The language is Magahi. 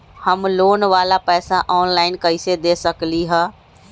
हम लोन वाला पैसा ऑनलाइन कईसे दे सकेलि ह?